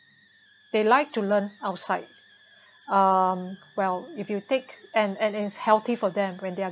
they like to learn outside um well if you're take and and is healthy for them when they're